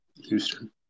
Houston